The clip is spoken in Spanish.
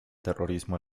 terrorismo